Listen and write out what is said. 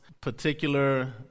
particular